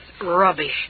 rubbish